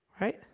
Right